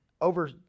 over